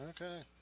Okay